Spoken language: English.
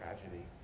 tragedy